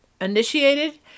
initiated